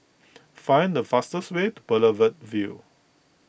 find the fastest way to Boulevard Vue